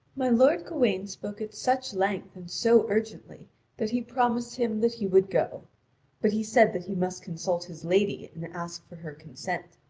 my lord gawain spoke at such length and so urgently that he promised him that he would go but he said that he must consult his lady and ask for her consent.